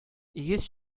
йөз